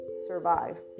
survive